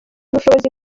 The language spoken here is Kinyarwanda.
ubushobozi